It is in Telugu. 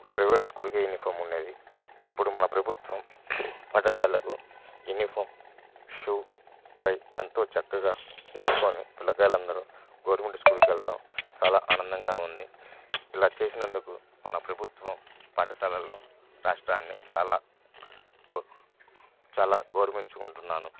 ఒక ప్రైవేట్ స్కూల్ కి యూనిఫామ్ ఉండేది ఇప్పుడు మన ప్రభుత్వం పాఠశాలకు యూనిఫామ్ షూ టై ఎంతో చక్కగా వేసుకుని పిల్లలందరూ గవర్నమెంట్ స్కూల్కి వెళ్ళడం చాలా ఆనందంగా ఉంది ఇలా చేసినందుకు మన ప్రభుత్వం పాఠశాలను రాష్ట్రాన్ని చాలా చాలా గౌరవించుకుంటున్నాను